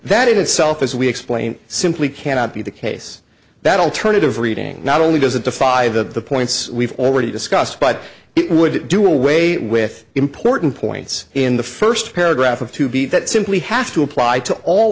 that in itself as we explain simply cannot be the case that alternative reading not only does it to five of the points we've already discussed but it would do away with important points in the first paragraph of to be that simply has to apply to all